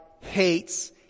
hates